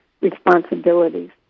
responsibilities